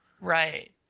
right